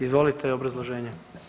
Izvolite, obrazloženje.